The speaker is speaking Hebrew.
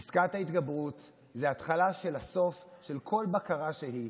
פסקת התגברות היא התחלה של הסוף של כל בקרה שהיא.